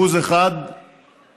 1% אחד